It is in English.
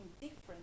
different